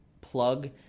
plug